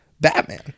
Batman